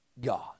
God